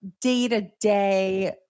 day-to-day